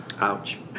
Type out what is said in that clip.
Ouch